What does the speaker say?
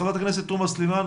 חברת הכנסת תומא סלימאן,